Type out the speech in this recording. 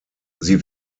sie